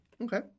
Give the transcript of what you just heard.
okay